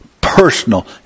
personal